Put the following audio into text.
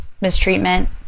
mistreatment